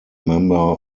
member